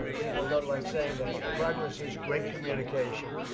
and people don't like saying that. the progress is great communication.